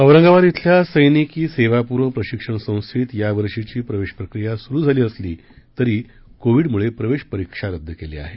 औरंगाबाद ब्रिल्या सैनिकी सेवापूर्व प्रशिक्षण संस्थेत यावर्षीची प्रवेश प्रक्रिया सुरु झाली असली तरी कोविडमुळे प्रवेश परीक्षा रद्द केली आहे